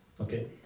Okay